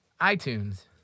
iTunes